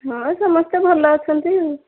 ହଁ ସମସ୍ତେ ଭଲ ଅଛନ୍ତି ଆଉ